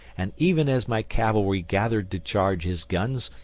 and even as my cavalry gathered to charge his guns,